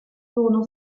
sono